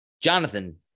jonathan